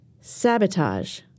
Sabotage